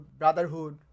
brotherhood